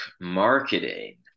marketing